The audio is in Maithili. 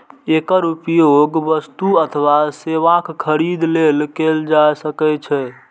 एकर उपयोग वस्तु अथवा सेवाक खरीद लेल कैल जा सकै छै